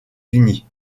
unis